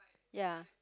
ya